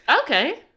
Okay